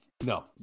no